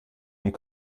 und